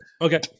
okay